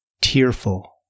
tearful